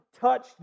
touched